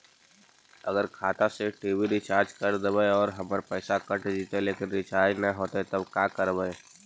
अगर खाता से टी.वी रिचार्ज कर देबै और हमर पैसा कट जितै लेकिन रिचार्ज न होतै तब का करबइ?